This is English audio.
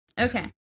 okay